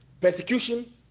persecution